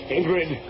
Ingrid